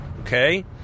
okay